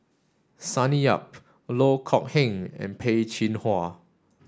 Sonny Yap Loh Kok Heng and Peh Chin Hua